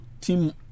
team